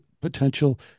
potential